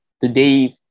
today